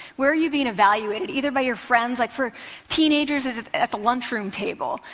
where are you being evaluated, either by your friends? like for teenagers, it's at the lunchroom table.